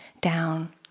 down